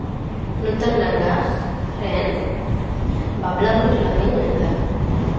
ᱱᱩᱛᱚᱱ ᱰᱟᱸᱜᱟ ᱨᱮᱱ ᱵᱟᱵᱞᱟᱵᱩᱱᱤ ᱴᱚᱞᱟ ᱠᱷᱚᱱᱤᱧ ᱢᱮᱱᱫᱟ